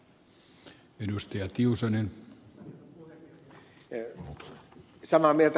olen samaa mieltä kuin ed